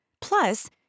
Plus